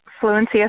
fluency